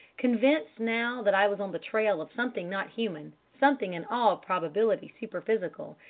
convinced now that i was on the trail of something not human something in all probability superphysical,